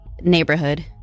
Neighborhood